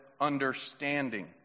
understanding